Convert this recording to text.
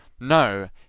No